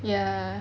ya